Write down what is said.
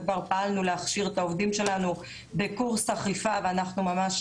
כבר פעלנו להכשיר את העובדים שלנו בקורס אכיפה ואנחנו ממש